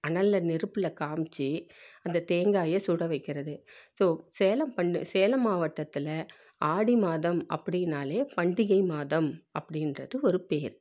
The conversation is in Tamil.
அனலில் நெருப்பில் காமித்து அந்த தேங்காயை சுட வைக்கிறது ஸோ சேலம் பண்ணு சேலம் மாவட்டத்தில் ஆடி மாதம் அப்படினாலே பண்டிகை மாதம் அப்படின்றது ஒரு பெயர்